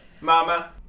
Mama